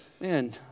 Man